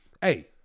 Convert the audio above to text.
hey